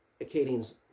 Acadians